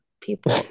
people